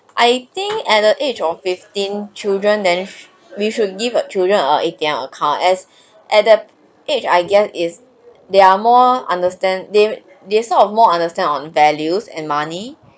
I think at the age of fifteen children then we should give a children a A_T_M account as at that age I guess is there are more understand they they sort of more understand on values and money